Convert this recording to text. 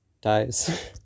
dies